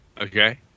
Okay